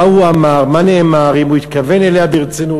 מה הוא אמר, מה נאמר, אם הוא התכוון אליה ברצינות.